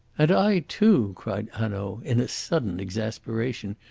and i, too, cried hanaud, in a sudden exasperation,